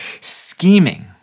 scheming